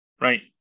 right